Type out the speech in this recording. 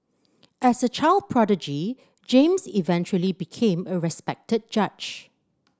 as a child prodigy James eventually became a respected judge